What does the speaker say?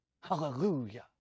Hallelujah